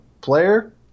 player